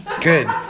Good